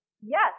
yes